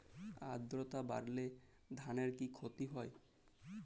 আদ্রর্তা বাড়লে ধানের কি ক্ষতি হয়?